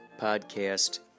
podcast